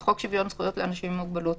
חוק שוויון זכויות לאנשים עם מוגבלות.